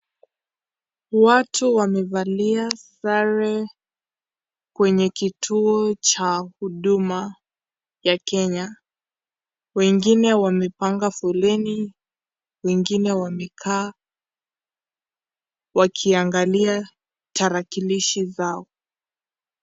Watu wamevalia sare kwenye kituo cha huduma ya Kenya. Wengine wamepanga foleni, wengine wamekaa wakiangalia tarakilishi zao.